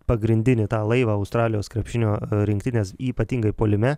pagrindinį tą laivą australijos krepšinio rinktinės ypatingai puolime